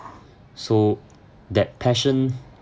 so that passion